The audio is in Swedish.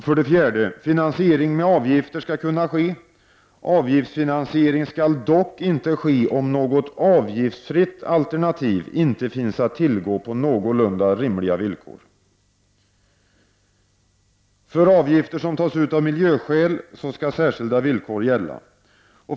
För det fjärde: Finansiering med avgifter skall kunna ske. Avgiftsfinansiering skall dock inte ske om något avgiftsfritt alternativ finns att tillgå på någorlunda rimliga villkor. För det femte: För avgifter som tas ut av miljöskäl skall särskilda villkor gälla.